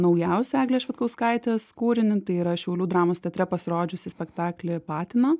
naujausią eglės švedkauskaitės kūrinį tai yra šiaulių dramos teatre pasirodžiusį spektaklį patiną